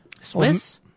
Swiss